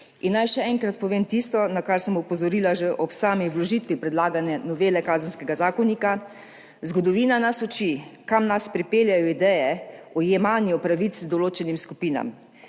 In naj še enkrat povem tisto, na kar sem opozorila že ob sami vložitvi predlagane novele Kazenskega zakonika. Zgodovina nas uči, kam nas pripeljejo ideje o jemanju pravic določenim skupinam.